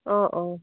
অ' অ'